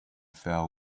fell